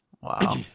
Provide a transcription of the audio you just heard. Wow